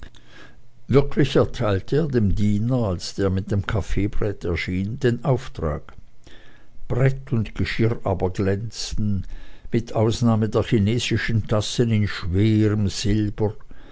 wirklich erteilte er dem diener als der mit dem kaffeebrett erschien den auftrag brett und geschirr aber glänzten mit ausnahme der chinesischen tassen in schwerem silber